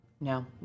No